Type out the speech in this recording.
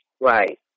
Right